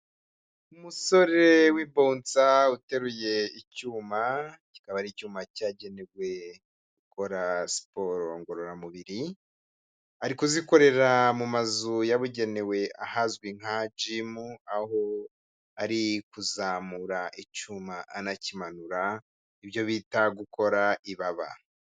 Umusore w'ibonsa uteruye icyuma kikaba ari icyuma cyagenewe gukorasiporo ngororamubiri ari kuzikorera mu mazu yabugenewe ahazwi nka gimu aho ari kuzamura icyuma anakimanura ibyo bita gukora ibaba.